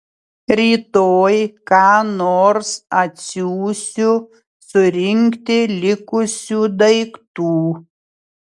rytoj ką nors atsiųsiu surinkti likusių daiktų